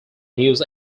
news